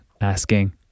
asking